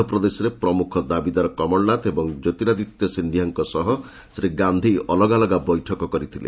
ମଧ୍ୟପ୍ରଦେଶରେ ପ୍ରମୁଖ ଦାବିଦାର କମଳନାଥ ଓ କ୍ୟେର୍ତିଆଦିତ୍ୟ ସିନ୍ଧିଆଙ୍କ ସହ ଶ୍ରୀ ଗାନ୍ଧି ଅଲଗା ଅଲଗା ବୈଠକ କରିଥିଲେ